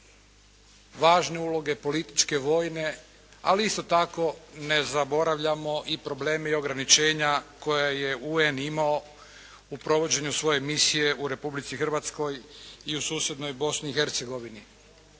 važne uloge, političke, vojne. Ali isto tako ne zaboravljamo i probleme i ograničenja koja je UN imao u provođenju svoje misije u Republici Hrvatskoj i u susjednoj Bosni i Hercegovini.